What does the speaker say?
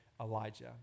Elijah